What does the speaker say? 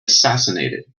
assassinated